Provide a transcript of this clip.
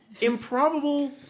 improbable